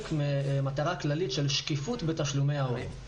ממטרה כללית של שקיפות בתשלומי ההורים.